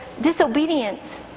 disobedience